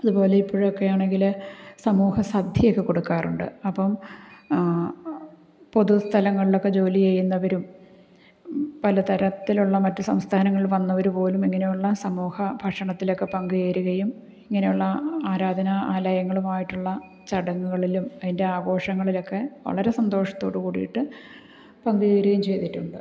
അതുപോലെ ഇപ്പോഴൊക്കെ ആണെങ്കിൽ സമൂഹസദ്യ ഒക്കെ കൊടുക്കാറുണ്ട് അപ്പം പൊതുസ്ഥലങ്ങളിലൊക്കെ ജോലി ചെയ്യുന്നവരും പല തരത്തിലുള്ള മറ്റു സംസ്ഥാനങ്ങളില് വന്നവർ പോലും ഇങ്ങനെയുള്ള സമൂഹ ഭക്ഷണത്തിലൊക്കെ പങ്കുചേരുകയും ഇങ്ങനെയുള്ള ആരാധനാലയങ്ങളുമായിട്ടുള്ള ചടങ്ങുകളിലും അതിന്റെ ആഘോഷങ്ങളിലൊക്കെ വളരെ സന്തോഷത്തൂടെ കൂടിയിട്ടു പങ്കു ചേരുകയും ചെയ്തിട്ടുണ്ട്